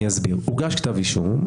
הוגש כתב אישום.